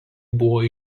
buvo